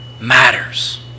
matters